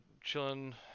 chilling